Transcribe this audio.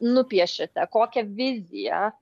nupiešiate kokią viziją